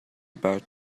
about